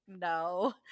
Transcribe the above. no